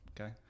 Okay